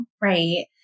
right